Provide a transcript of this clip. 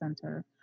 center